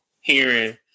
Hearing